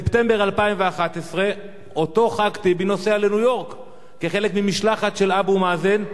בספטמבר 2011 אותו ח"כ טיבי נוסע לניו-יורק כחלק ממשלחת של אבו מאזן,